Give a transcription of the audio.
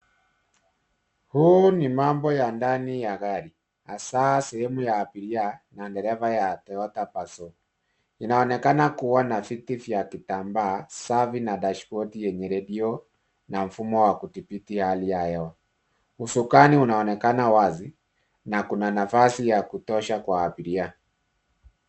Huu ni mambo ya ndani ya gari hasa sehemu ya abiria na dereva ya Toyota Passo. Inaonekana kuwa na viti vya kitambaa safi na dashibodi yenye redio na mfumo wa kudhibiti hali ya hewa. Usukani unaonekana wazi na kuna nafasi ya kutosha kwa abiria.